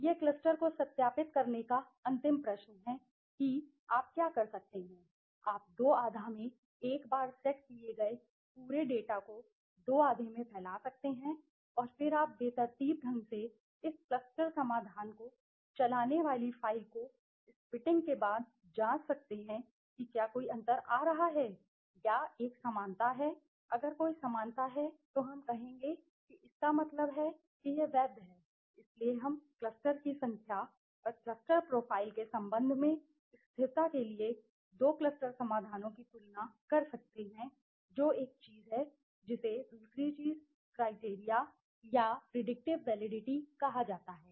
यह क्लस्टर को सत्यापित करने का अंतिम प्रश्न है कि आप क्या कर सकते हैं आप दो आधा में एक बार सेट किए गए पूरे डेटा को दो आधे में फैला सकते हैं और फिर आप बेतरतीब ढंग से इस क्लस्टर समाधान को चलाने वाली फ़ाइल को स्पिटिंग के बाद जांच सकते हैं कि क्या कोई अंतर आ रहा है या एक समानता है अगर कोई समानता है तो हम कहेंगे कि इसका मतलब है कि यह वैध है इसलिए हम क्लस्टर की संख्या और क्लस्टर प्रोफाइल के संबंध में स्थिरता के लिए दो क्लस्टर समाधानों की तुलना कर सकते हैं जो एक चीज है जिसे दूसरी चीज क्राइटेरिया या प्रेडिक्टिव वैलिडिटी कहा जाता है